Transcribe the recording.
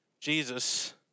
Jesus